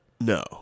No